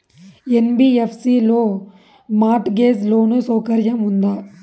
NBFC లో mortgage loan సౌకర్యం ఉందా?